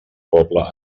poble